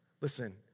Listen